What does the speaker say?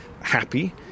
happy